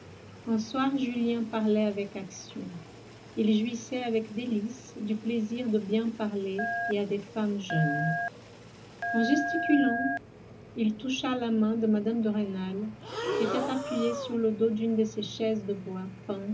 soir julien parlait avec action il jouissait avec délices du plaisir de bien parler et à des femmes jeunes en gesticulant il toucha la main de mme de rênal qui était appuyée sur le dos d'une de ces chaises de bois